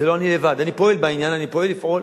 בזה לא אני לבד, אני פועל בעניין, אני פועל לפעול.